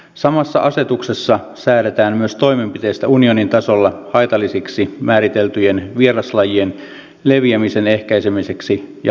samassa asetuksessa säädetään myös toimenpiteistä unionin tasolla haitallisiksi määriteltyjen vieraslajien leviämisen ehkäisemiseksi ja hallitsemiseksi